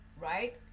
right